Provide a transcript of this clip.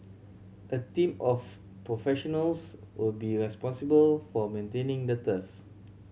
a team of professionals will be responsible for maintaining the turf